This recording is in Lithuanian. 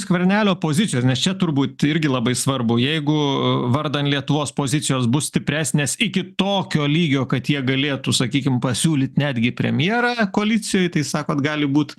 skvernelio pozicijos nes čia turbūt irgi labai svarbu jeigu vardan lietuvos pozicijos bus stipresnės iki tokio lygio kad jie galėtų sakykim pasiūlyt netgi premjerą koalicijoj tai sakot gali būt